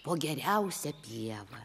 po geriausia pievą